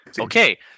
Okay